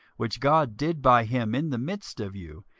which god did by him in the midst of you,